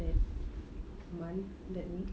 that month that week